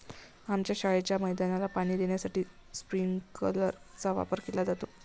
आमच्या शाळेच्या मैदानाला पाणी देण्यासाठी स्प्रिंकलर चा वापर केला जातो